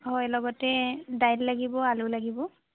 হয় লগতে দাইল লাগিব আলু লাগিব